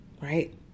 right